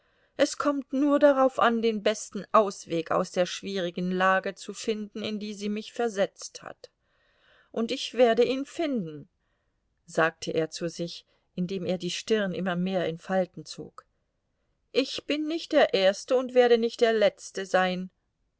es kommt nur darauf an den besten ausweg aus der schwierigen lage zu finden in die sie mich versetzt hat und ich werde ihn finden sagte er zu sich indem er die stirn immer mehr in falten zog ich bin nicht der erste und werde nicht der letzte sein